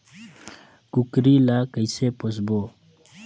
कूकरी ला कइसे पोसबो?